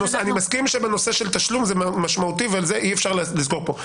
אני מסכים שבנושא של תשלום זה משמעותי ועל זה אי אפשר לסגור פה.